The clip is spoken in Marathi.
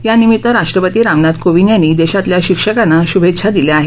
या निमित्त राष्ट्रपती रामनाथ कोविंद यांनी देशातल्या शिक्षकांना शुभेच्छा दिल्या आहेत